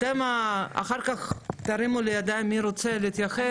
אתם אחר כך תרימו יד מי רוצה להתייחס.